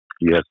Yes